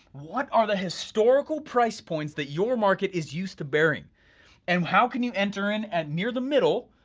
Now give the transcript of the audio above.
what are the historical price points that your market is used to bearing and how can you enter in and near the middle,